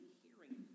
hearing